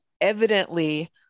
evidently